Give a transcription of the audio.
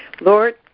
Lord